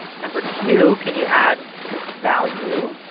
number two, can you add value?